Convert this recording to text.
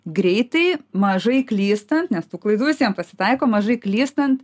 greitai mažai klystant nes tų klaidų visiems pasitaiko mažai klystant